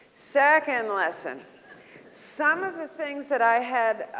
second lesson some of the things that i had